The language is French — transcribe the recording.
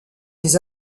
des